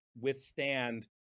withstand